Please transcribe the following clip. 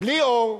בלי אור,